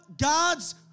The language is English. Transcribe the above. God's